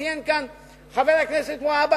וציין זאת פה חבר הכנסת והבה,